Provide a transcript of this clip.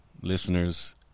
listeners